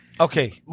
Okay